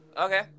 Okay